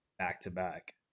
back-to-back